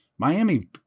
Miami